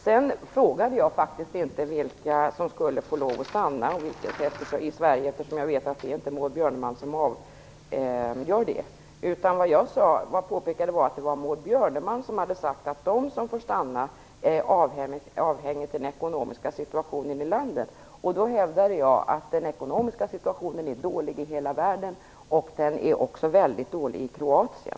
Jag frågade inte vilka som skulle få lov att stanna i Sverige, eftersom jag vet att det inte är Maud Björnemalm som avgör det. Vad jag påpekade var att Maud Björnemalm hade sagt att vilka som får stanna är avhängigt den ekonomiska situationen i landet. Jag hävdade då att den ekonomiska situationen är dålig i hela världen. Den är också väldigt dålig i Kroatien.